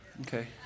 Okay